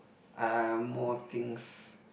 uh more things